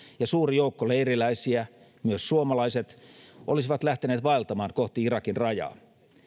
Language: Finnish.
ja suuri joukko leiriläisiä myös suomalaiset olisivat lähteneet vaeltamaan kohti irakin rajaa